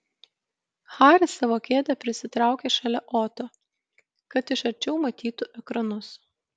haris savo kėdę prisitraukė šalia oto kad iš arčiau matytų ekranus